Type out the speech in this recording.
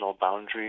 boundary